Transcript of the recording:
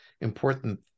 important